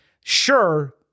sure